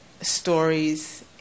stories